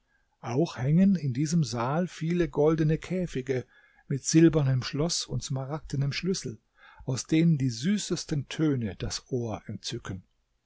auch hängen in diesem saal viele goldene käfige mit silbernem schloß und smaragdenem schlüssel aus denen die süßesten töne das ohr entzücken